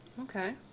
Okay